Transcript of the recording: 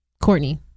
courtney